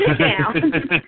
down